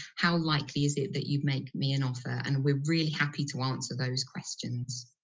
how likely is it that you make me an offer? and we're really happy to answer those questions.